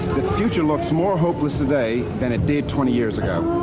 the future looks more hopeless today than it did twenty years ago.